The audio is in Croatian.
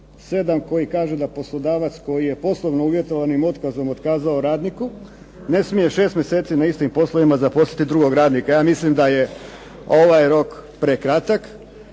7. koji kaže da poslodavac koji je poslovno uvjetovanim otkazom otkazao radniku ne smije sljedećih šest mjeseci na istim poslovima zaposliti drugog radnika, ja mislim da je ovaj rok prekratak